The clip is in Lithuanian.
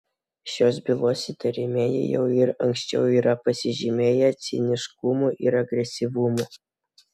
šios bylos įtariamieji jau ir anksčiau yra pasižymėję ciniškumu ir agresyvumu